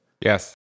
Yes